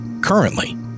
Currently